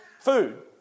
food